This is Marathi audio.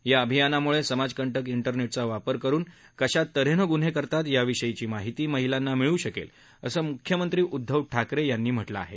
या अभियानामुळे समाजकंटक ढेरनेटचा वापर करून कशात हेनं गुन्हे करतात याविषयीची माहिती महिलांना मिळू शकेल असं मुख्यमंत्री उद्वव ठाकरे यांनी म्हटलं आहे